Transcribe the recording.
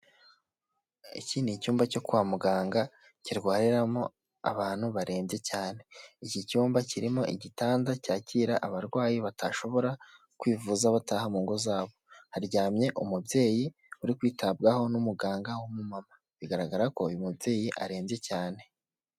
Iki ni icyumba cyo kwa muganga kirwariramo abantu barembye cyane. Iki cyumba kirimo igitanda cyakira abarwayi batashobora kwivuza bataha mu ngo zabo, haryamye umubyeyi uri kwitabwaho n'umuganga w'umumama bigaragara ko uyu mubyeyi arembye cyane.